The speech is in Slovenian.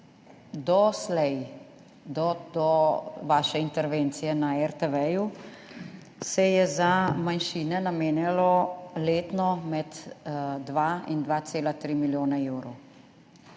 Doslej, do vaše intervencije na RTV, se je za manjšine namenjalo letno med 2 in 2,3 milijona evrov,